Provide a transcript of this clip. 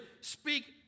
speak